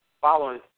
following